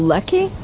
Lucky